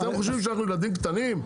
אתם חושבים שאנחנו ילדים קטנים?